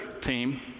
team